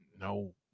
No